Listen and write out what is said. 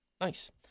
Nice